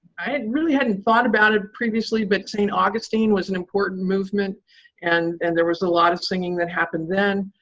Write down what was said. i really hadn't thought about it previously, but st. augustine was an important movement and and there was a lot of singing that happened then.